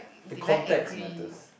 the context matters